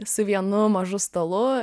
su vienu mažu stalu